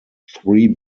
three